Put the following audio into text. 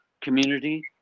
community